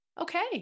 okay